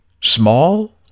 small